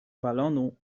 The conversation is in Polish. balonu